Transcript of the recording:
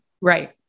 Right